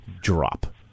drop